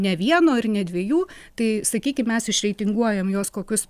ne vieno ir ne dviejų tai sakykim mes išreitinguojam juos kokius